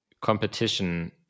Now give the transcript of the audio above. competition